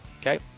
Okay